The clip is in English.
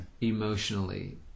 emotionally